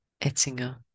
Ettinger